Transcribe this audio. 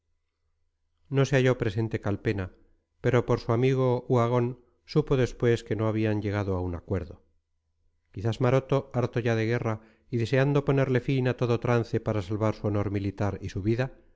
no se halló presente calpena pero por su amigo uhagón supo después que no habían llegado a un acuerdo quizás maroto harto ya de guerra y deseando ponerle fin a todo trance para salvar su honor militar y su vida